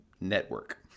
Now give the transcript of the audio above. network